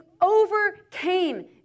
overcame